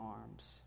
arms